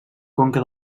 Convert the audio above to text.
conca